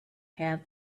have